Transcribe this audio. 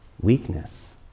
weakness